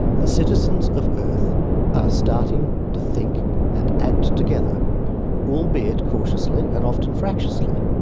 the citizens of earth are starting to think and act together albeit cautiously and often fractiously.